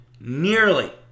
nearly